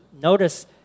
notice